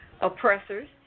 oppressors